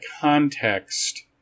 context